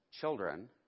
Children